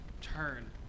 turn